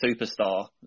superstar